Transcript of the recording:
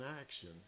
action